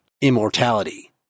immortality